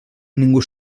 ningú